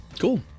Cool